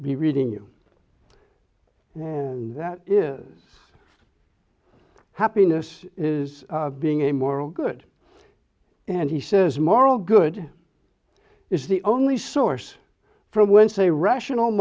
the reading you and that is happiness is being a moral good and he says moral good is the only source from whence a rational